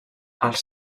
els